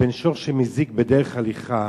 לבין שור שמזיק בדרך הליכה,